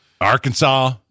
Arkansas